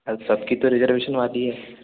अच्छा कितनी रिजर्वेशन वाली हैं